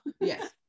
yes